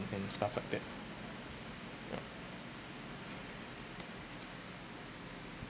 and stuff like that yup